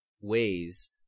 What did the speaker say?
ways